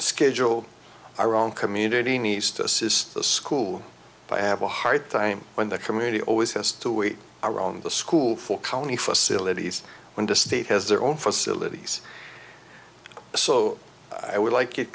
schedule our own community needs to assist the school i have a hard time when the community always has to wait around the school for county facilities when the state has their own facilities so i would like it